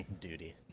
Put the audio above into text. Duty